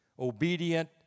Obedient